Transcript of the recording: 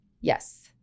Yes